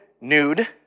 nude